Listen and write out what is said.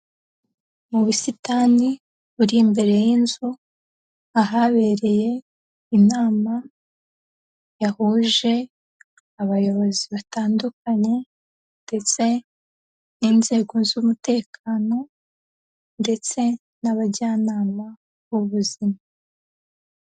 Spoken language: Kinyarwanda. Mu busitani buri imbere y'inzu, ahabereye inama yahuje abayobozi batandukanye ndetse n'inzego z'umutekano ndetse n'abajyanama b'ubuzima.